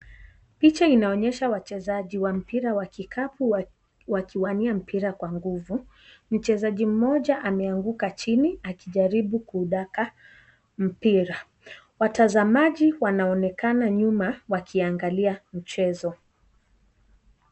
Picha inaonyesha wachezaji wa mpira wa kikapu wakiwania mpira kwa nguvu. Mchezaji mmoja, ameanguka chini, akijaribu kudaka mpira. Watazamaji, wanaonekana nyuma wakiangalia mchezo.